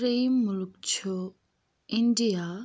ترٛیم مُلک چھُ اِنڈیا